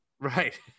Right